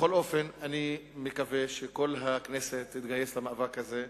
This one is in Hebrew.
בכל אופן, אני מקווה שכל הכנסת תתגייס למאבק הזה.